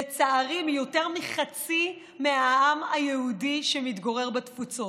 לצערי, מיותר מחצי מהעם היהודי, שמתגורר בתפוצות.